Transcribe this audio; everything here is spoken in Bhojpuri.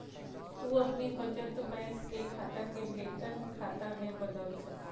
तू अपनी बचत बैंक के खाता के वेतन खाता में बदल सकेला